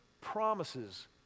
promises